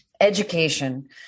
education